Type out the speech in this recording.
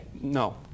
No